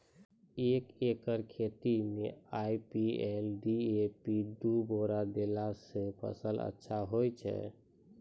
एक एकरऽ खेती मे आई.पी.एल डी.ए.पी दु बोरा देला से फ़सल अच्छा होय छै?